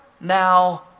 now